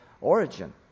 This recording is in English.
origin